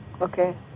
Okay